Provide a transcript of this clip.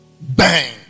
Bang